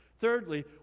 Thirdly